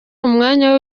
umwanya